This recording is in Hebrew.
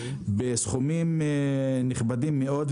בסכומים נכבדים מאוד,